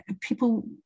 people